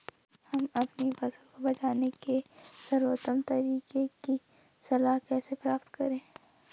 हम अपनी फसल को बचाने के सर्वोत्तम तरीके की सलाह कैसे प्राप्त करें?